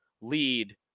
lead